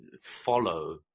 follow